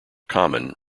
common